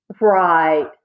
Right